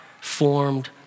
formed